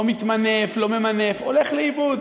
לא מתמנף, לא ממנף, הולך לאיבוד.